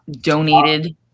donated